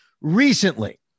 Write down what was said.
recently